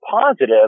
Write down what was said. positive